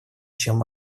чем